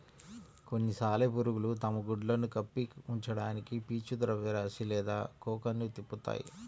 కొన్ని సాలెపురుగులు తమ గుడ్లను కప్పి ఉంచడానికి పీచు ద్రవ్యరాశి లేదా కోకన్ను తిప్పుతాయి